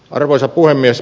arvoisa puhemies